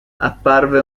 apparve